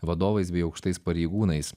vadovais bei aukštais pareigūnais